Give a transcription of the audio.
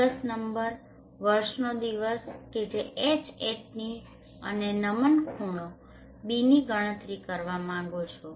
દિવસ નંબર વર્ષનો દિવસ કે જે Hatની અને નમન ખૂણો βની ગણતરી કરવા માંગો છો